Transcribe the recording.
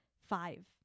five